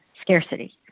scarcity